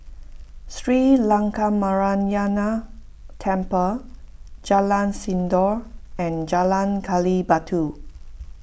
Sri Lankaramaya Temple Jalan Sindor and Jalan Gali Batu